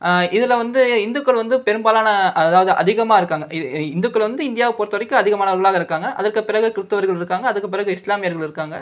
இதில் வந்து இந்துக்கள் வந்து பெரும்பாலான அதாவது அதிகமாக இருக்காங்க இ இந்துக்கள் வந்து இந்தியாவை பொறுத்த வரைக்கும் அதிகமானவர்களாக இருக்காங்க அதற்கு பிறகு கிறித்துவர்கள் இருக்காங்க அதுக்கு பிறகு இஸ்லாமியர்கள் இருக்காங்க